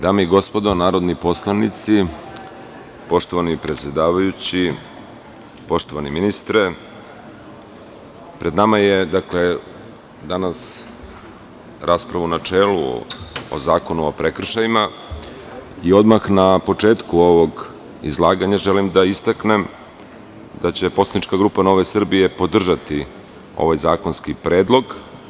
Dame i gospodo narodni poslanici, poštovani predsedavajući, poštovani ministre, pred nama je danas rasprava u načelu o Zakonu o prekršajima, i odmah na početku ovog izlaganja želim da istaknem da će poslanička grupa NS podržati ovaj zakonski predlog.